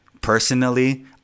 personally